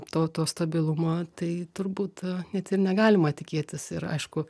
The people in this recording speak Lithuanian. to to stabilumo tai turbūt net ir negalima tikėtis ir aišku